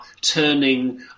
turning